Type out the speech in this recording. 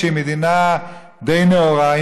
שהיא מדינה די נאורה,